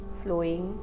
flowing